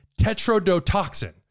tetrodotoxin